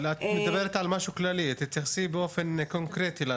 אבל את מדברת באופן כללי, תתייחסי באופן קונקרטי.